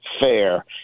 Fair